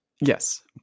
Yes